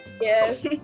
yes